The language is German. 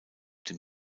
den